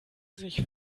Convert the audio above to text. sich